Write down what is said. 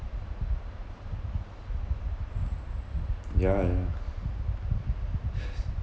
ya ya